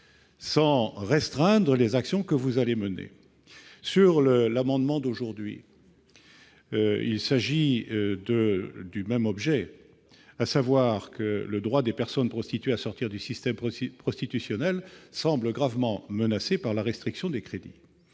sans restreindre les actions que vous allez mener. S'agissant de cet amendement, il a le même objet que le précédent : le droit des personnes prostituées à sortir du système prostitutionnel semble gravement menacé par la restriction des crédits.